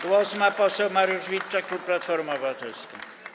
Głos ma poseł Mariusz Witczak, klub Platformy Obywatelskiej.